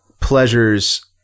pleasures